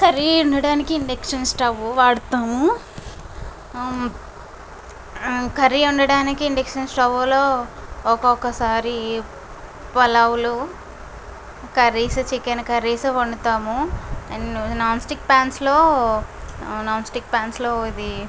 curry వండడానికి induction stove వాడతాము curry వండడానికి ఇండక్షన్ స్టవ్లో ఒకొక్కసారి పలావ్లు కర్రీస్ చికెన్ కర్రీస్ వండుతాము న్ నాన్ స్టిక్ ప్యాన్స్లో నాన్ స్టిక్ ప్యాన్స్లో ఇది